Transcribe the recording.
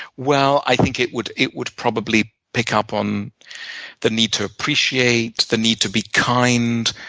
well, i think it would it would probably pick up on the need to appreciate, the need to be kind.